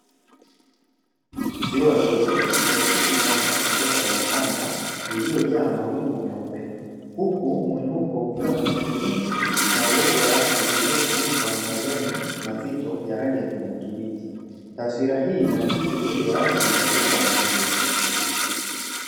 Ziwa dogo likiakisi mwanga kutoka kwenye anga iliyojaa mawingu meupe, huku muinuko ukiwa na miti mingi na uoto wa asili uliofunikwa na majani mazito ya rangi ya kijani kibichi. Taswira hii inaakisi uzuri wa asili na utulivu wa mazingira.